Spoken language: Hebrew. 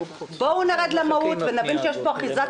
בואו נרד למהות ונבין שיש פה אחיזת